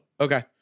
okay